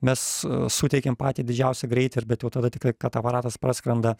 mes suteikiam patį didžiausią greitį ir bet jau tada tikrai kad aparatas praskrenda